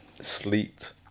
Sleet